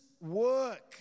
work